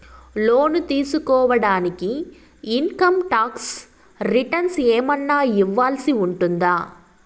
లోను తీసుకోడానికి income tax returns ఏమన్నా ఇవ్వాల్సి ఉంటుందా